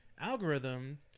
algorithm